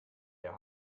der